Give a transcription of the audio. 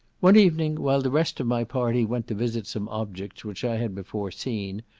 one evening, while the rest of my party went to visit some objects which i had before seen,